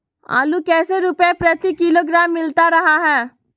आलू कैसे रुपए प्रति किलोग्राम मिलता रहा है?